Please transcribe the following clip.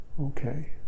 okay